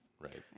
right